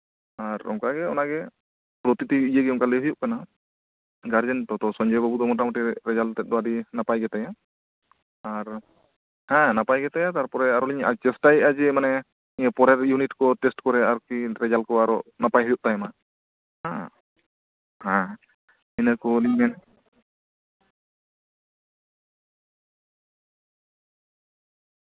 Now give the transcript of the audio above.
ᱟᱨ ᱚᱱᱠᱟ ᱜᱮ ᱚᱱᱟᱜᱮ ᱯᱨᱚᱛᱤᱴᱤ ᱤᱭᱟᱹᱜᱮ ᱚᱱᱠᱟ ᱞᱟᱹᱭ ᱦᱩᱭᱩᱜ ᱠᱟᱱᱟ ᱜᱟᱨᱡᱮᱱ ᱠᱚ ᱛᱚ ᱥᱚᱧᱡᱚᱭ ᱵᱟᱵᱩᱣᱟᱜ ᱨᱮᱡᱟᱞᱴ ᱫᱚ ᱢᱳᱴᱟᱢᱩᱴᱤ ᱱᱟᱯᱟᱭ ᱜᱮᱛᱟᱭᱟ ᱟᱨ ᱦᱮᱸ ᱱᱟᱯᱟᱭ ᱜᱮᱛᱟᱭᱟ ᱟᱨᱚ ᱞᱤᱧ ᱪᱮᱥᱴᱟᱭᱮᱫᱼᱟ ᱡᱮ ᱢᱟᱱᱮ ᱱᱤᱭᱟᱹ ᱯᱚᱨᱮᱨ ᱤᱭᱩᱱᱤᱴ ᱠᱚ ᱴᱮᱥᱴ ᱠᱚᱨᱮ ᱟᱨᱠᱤ ᱨᱮᱡᱟᱞ ᱠᱚ ᱱᱟᱯᱟᱭ ᱦᱩᱭᱩᱜ ᱛᱟᱭ ᱢᱟ ᱦᱮᱸ ᱦᱮᱸ ᱤᱱᱟᱹᱠᱚᱞᱤᱧ ᱢᱮᱱ ᱮᱫᱟ